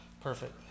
perfect